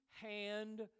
hand